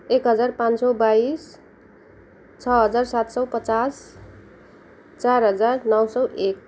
एक हजार पाँच सौ बाइस छ हजार सात सौ पचास चार हजार नौ सौ एक